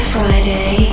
Friday